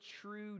true